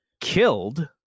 killed